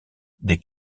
des